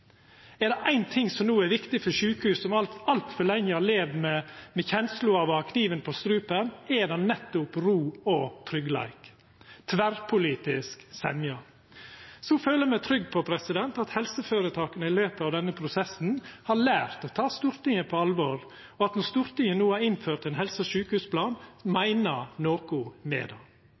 Er det éin ting som no er viktig for sjukehus som altfor lenge har levd med kjensla av å ha kniven på strupen, er det nettopp ro og tryggleik, tverrpolitisk semje. Eg føler meg trygg på at helseføretaka i løpet av denne prosessen har lært å ta Stortinget på alvor, og at Stortinget når det no har innført ein helse- og sjukehusplan, meiner noko med